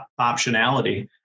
optionality